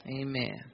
Amen